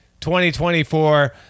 2024